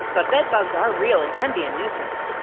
but bedbugs are real and can be a nuisance.